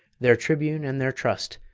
their tribune and their trust,